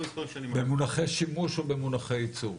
במונחי שימוש או במונחי ייצור?